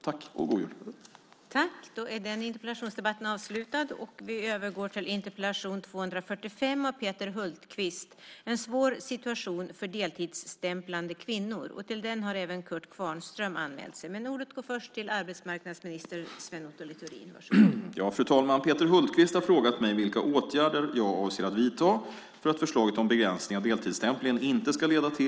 Tack och god jul!